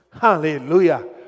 Hallelujah